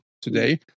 Today